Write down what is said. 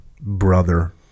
brother